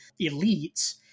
elites